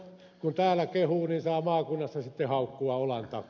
kun täällä kehuu niin saa maakunnassa sitten haukkua olan takaa